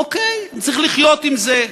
אוקיי, צריך לחיות עם זה.